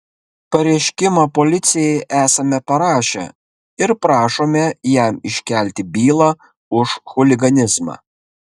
pareiškimą policijai esame parašę ir prašome jam iškelti bylą už chuliganizmą